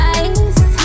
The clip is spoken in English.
ice